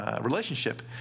relationship